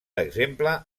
exemple